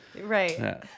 Right